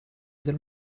del